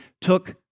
took